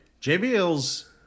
JBL's